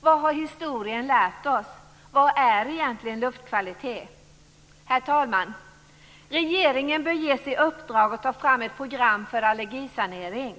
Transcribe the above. Vad har historien lärt oss? Vad är egentligen luftkvalitet? Herr talman! Regeringen bör ges i uppdrag att ta fram ett program för allergisanering.